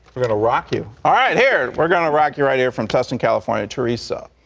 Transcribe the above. we're going to rock you. all right, here, we're going to rock you right here from tustin, california, teresa.